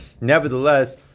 nevertheless